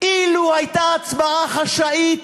אילו הייתה הצבעה חשאית,